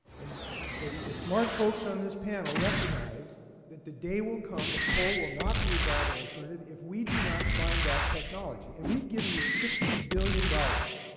and the the smart folks on this panel recognize that the day will come that coal will not be a viable alternative if we do not find that technology. and we have given you sixty billion dollars.